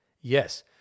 Yes